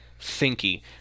thinky